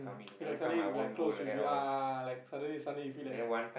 mm he like suddenly like close with you ah like suddenly suddenly feel like